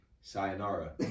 sayonara